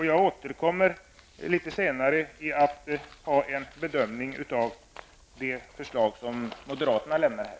Jag återkommer senare med min bedömning av de förslag som moderaterna har lagt fram.